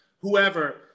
whoever